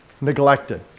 neglected